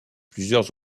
plusieurs